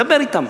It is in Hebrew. דבר אתם,